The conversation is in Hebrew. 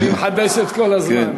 אני מחדש את כל הזמן.